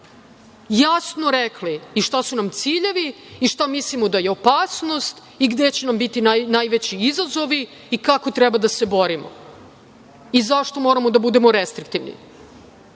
jasno rekli i šta su nam ciljevi, šta mislimo da je opasnost, gde će nam biti najveći izazovi, kako treba da se borimo i zašto moramo da budemo restriktivni.U